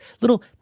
little